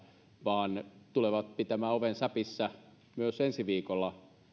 vaan tulee pitämään oven säpissä myös ensi viikolla